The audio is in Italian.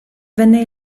venne